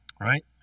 Right